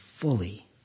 fully